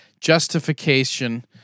justification